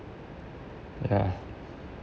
yeah